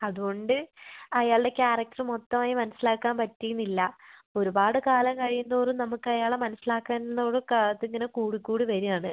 അതുകൊണ്ട് അയാളുടെ ക്യാരക്ടർ മൊത്തമായി മനസ്സിലാക്കാൻ പറ്റീന്നില്ല ഒരുപാട് കാലം കഴിയും തോറും നമുക്ക് അയാളെ മനസ്സിലാക്കാൻ ഇന്നോളം കാത്ത് ഇങ്ങനെ കൂടി കൂടി വരുവാണ്